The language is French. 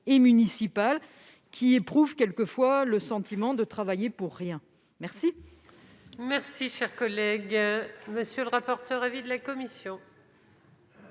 et municipales, qui éprouvent quelquefois le sentiment de travailler pour rien. Quel